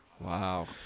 Wow